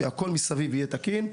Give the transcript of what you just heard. שהכול מסביב יהיה תקין,